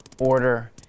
order